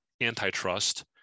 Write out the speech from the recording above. antitrust